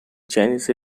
chinese